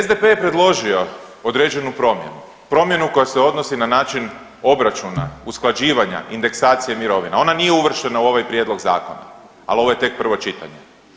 SDP je predložio određenu promjenu, promjenu koja se odnosi na način obračuna, usklađivanja, indeksacije mirovina, ona nije uvrštena u ovaj prijedlog zakona, al ovo je tek prvo čitanje.